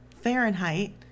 Fahrenheit